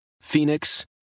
Phoenix